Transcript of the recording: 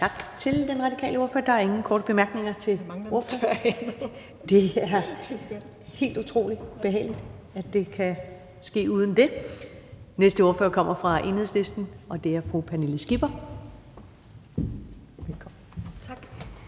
Tak til den radikale ordfører. Der er ingen korte bemærkninger til ordføreren. (Samira Nawa (RV): Vi mangler noget at tørre af med!). Det er helt utrolig behageligt, at det kan ske uden det. Næste ordfører kommer fra Enhedslisten, og det er fru Pernille Skipper. Velkommen. Kl.